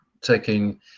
taking